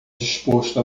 disposto